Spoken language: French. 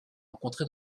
rencontré